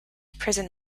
prison